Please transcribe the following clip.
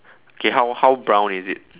okay how how brown is it